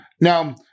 Now